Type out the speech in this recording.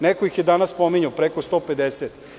Neko ih je danas pominjao, preko 150.